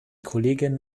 kolleginnen